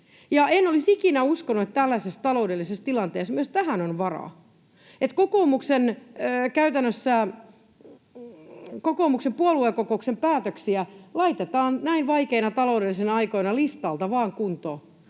En olisi ikinä uskonut, että tällaisessa taloudellisessa tilanteessa myös tähän on varaa. Käytännössä kokoomuksen puoluekokouksen päätöksiä laitetaan näin vaikeina taloudellisina aikoina listalta vaan kuntoon,